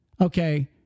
okay